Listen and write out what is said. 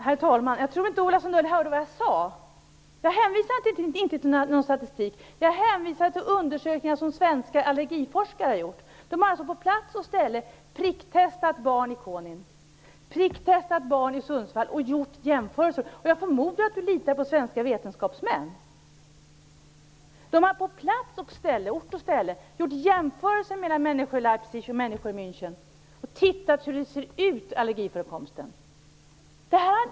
Herr talman! Jag tror inte att Ola Sundell hörde vad jag sade. Jag hänvisade inte till någon statistik. Jag hänvisade till undersökningar som svenska allergiforskare har gjort. De har alltså på ort och ställe pricktestat barn i Konin, pricktestat barn i Sundsvall och gjort jämförelser. Jag förmodar att Ola Sundell litar på svenska vetenskapsmän. De har på ort och ställe gjort jämförelser mellan människor i Leipzig och människor i München och tittat på hur allergiförekomsten ser ut.